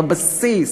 בבסיס,